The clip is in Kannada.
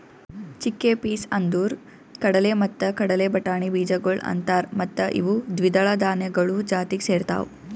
ಚಿಕ್ಕೆಪೀಸ್ ಅಂದುರ್ ಕಡಲೆ ಮತ್ತ ಕಡಲೆ ಬಟಾಣಿ ಬೀಜಗೊಳ್ ಅಂತಾರ್ ಮತ್ತ ಇವು ದ್ವಿದಳ ಧಾನ್ಯಗಳು ಜಾತಿಗ್ ಸೇರ್ತಾವ್